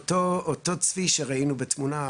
אותו צבי החמוד שראינו בתמונה,